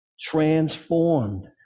Transformed